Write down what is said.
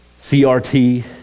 CRT